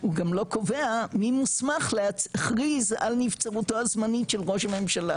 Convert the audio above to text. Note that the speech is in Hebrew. הוא גם לא קובע מי מוסמך להכריז על נבצרותו הזמנית של ראש הממשלה,